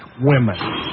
women